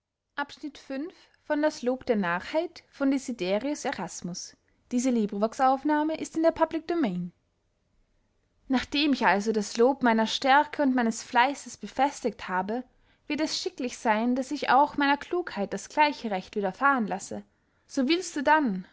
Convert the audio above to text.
nachdem ich also das lob meiner stärke und meines fleisses befestigt habe wird es schicklich seyn daß ich auch meiner klugheit das gleiche recht widerfahren lasse so willt du dann